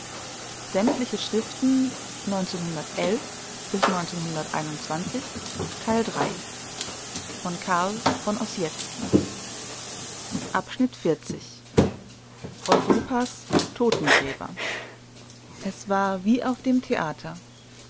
schriften europas totengräber es war wie auf dem theater